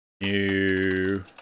New